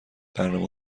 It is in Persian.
برنامه